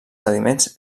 sediments